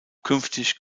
künftig